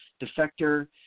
Defector